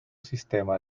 sistema